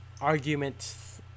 arguments